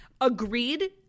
agreed